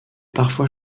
parfois